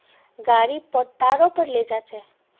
गाड़ी पट्टा रो पर ले जा छेक